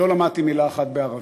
לא למדתי מילה אחת בערבית.